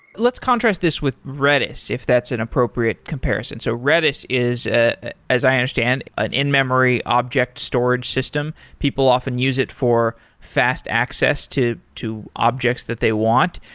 let's contrast this with redis, if that's an appropriate comparison. so redis is, ah as i understand, an in-memory object storage system. people often use it for fast access to to objects that they want,